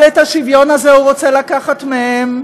אבל את השוויון הזה הוא רוצה לקחת מהם.